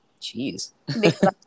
Jeez